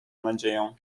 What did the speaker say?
nadzieją